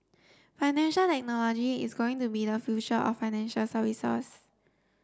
financial technology is going to be the future of financial services